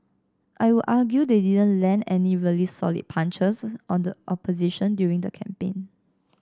I would argue they didn't land any really solid punches on the opposition during the campaign